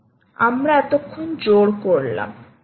আমরা এতক্ষন জোড় করলাম